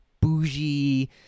bougie